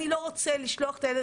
אני לא רוצה לשלוח את הילד,